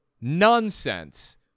nonsense